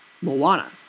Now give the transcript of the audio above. Moana